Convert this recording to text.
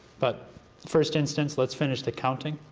but first instance, let's finish the counting,